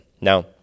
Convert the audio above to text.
now